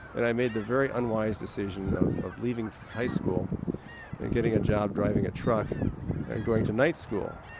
and i made the very unwise decision of of leaving high school and getting a job driving a truck and going to night school.